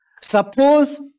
suppose